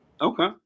Okay